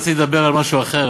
רציתי לדבר על משהו אחר,